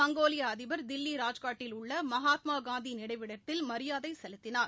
மங்கோலிய அதிபர் தில்லி ராஜ்காட்டில் உள்ள மகாத்மா காந்தி நினைவிடத்தில் மரியாதை செலுத்தினார்